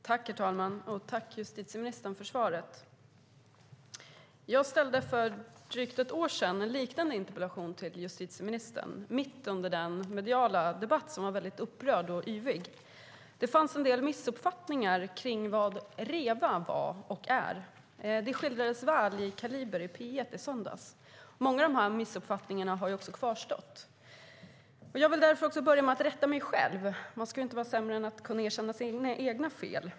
Herr talman! Tack, justitieministern, för svaret! Jag ställde för drygt ett år sedan en liknande interpellation till justitieministern, mitt under den mediala debatt som var väldigt upprörd och yvig. Det fanns en del missuppfattningar kring vad REVA var och är. Det skildrades väl i Kaliber i P1 i söndags. Många av missuppfattningarna har också kvarstått. Jag vill därför börja med att rätta mig själv. Man ska inte vara sämre än att kunna erkänna sina egna fel.